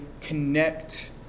connect